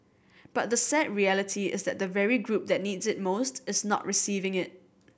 but the sad reality is that the very group that needs it most is not receiving it